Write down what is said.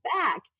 back